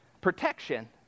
protection